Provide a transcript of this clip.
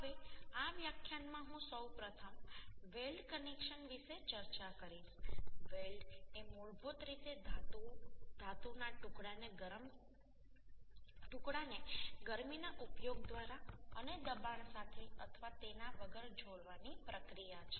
હવે આ વ્યાખ્યાનમાં હું સૌપ્રથમ વેલ્ડ કનેક્શન વિશે ચર્ચા કરીશ વેલ્ડ એ મૂળભૂત રીતે ધાતુઓ ધાતુના ટુકડાને ગરમીના ઉપયોગ દ્વારા અને દબાણ સાથે અથવા તેના વગર જોડવાની પ્રક્રિયા છે